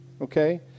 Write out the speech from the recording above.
okay